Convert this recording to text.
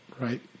right